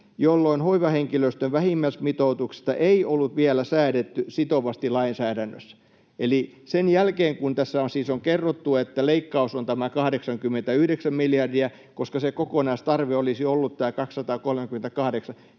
jolloin hoivahenkilöstön vähimmäismitoituksesta ei ollut vielä säädetty sitovasti lainsäädännössä.” Eli sen jälkeen, kun tässä siis on kerrottu, että leikkaus on tämä 89 miljoonaa, koska se kokonaistarve olisi ollut tämä 238